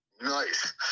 Nice